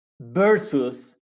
versus